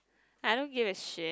I don't give a shit